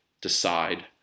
decide